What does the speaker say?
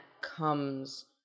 comes